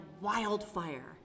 wildfire